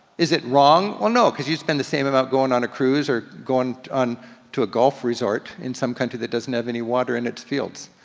is it wrong? well no, cause you spend the same amount going on a cruise or going on to a golf resort in some country that doesn't have any water in its fields.